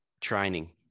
training